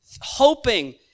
hoping